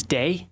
day